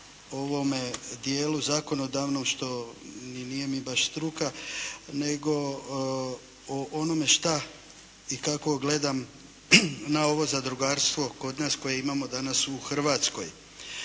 ovome dijelu zakonodavnom što ni nije mi baš struka nego o onome šta i kako gledam na ovo zadrugarstvo kod nas koje imamo danas u Hrvatskoj.